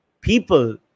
People